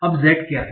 अब Z क्या है